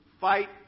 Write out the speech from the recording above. fight